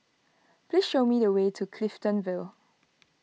please show me the way to Clifton Vale